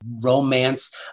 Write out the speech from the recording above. romance